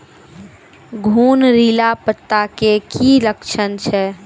घुंगरीला पत्ता के की लक्छण छै?